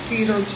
Peter